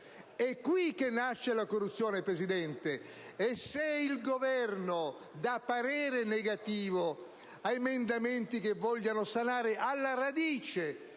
È qui che nasce la corruzione, signor Presidente, e se il Governo dà parere negativo a emendamenti che vogliono eliminare alla radice